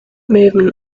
movement